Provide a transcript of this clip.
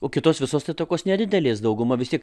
o kitos visos tokios nedidelės dauguma visi